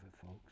folks